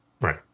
Right